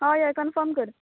हय हय कन्फर्म कर